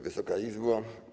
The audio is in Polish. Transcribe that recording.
Wysoka Izbo!